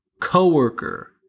coworker